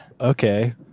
Okay